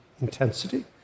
intensity